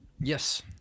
Yes